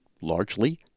largely